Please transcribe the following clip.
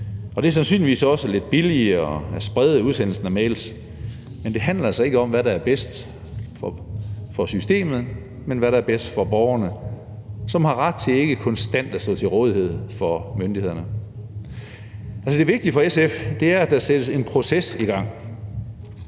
det er sandsynligvis også lidt billigere at sprede udsendelsen af mails, men det handler altså ikke om, hvad der er bedst for systemet, men hvad der er bedst for borgerne, som har ret til ikke konstant at stå til rådighed for myndighederne. Det vigtige for SF er, at der sættes en proces i gang.